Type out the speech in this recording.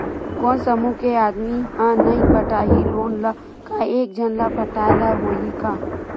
कोन समूह के आदमी हा नई पटाही लोन ला का एक झन ला पटाय ला होही का?